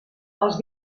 els